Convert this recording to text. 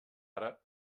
ara